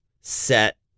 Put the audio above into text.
set